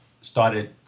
started